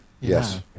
Yes